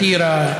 טירה,